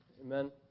Amen